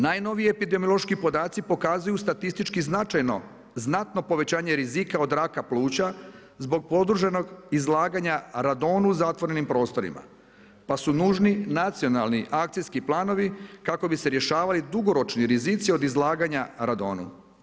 Najnoviji epidemiološki podaci pokazuju statistički značajno znatno povećanje rizika od raka pluća zbog produženog izlaganja radonu u zatvorenim prostorima, pa su nužni nacionalni akcijski planovi kako bi se rješavali dugoročni rizici od izlaganja radonu.